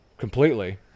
completely